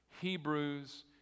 Hebrews